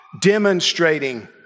demonstrating